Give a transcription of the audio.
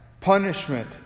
punishment